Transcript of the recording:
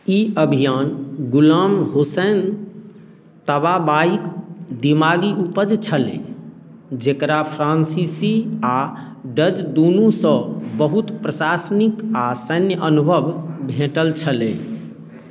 ई अभियान गुलाम हुसैन तबाबाइके दिमागी उपज छलै जकरा फ्रान्सीसी आओर डच दुनूसँ बहुत प्रशासनिक आओर सैन्य अनुभव भेटल छलै